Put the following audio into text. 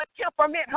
temperament